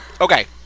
Okay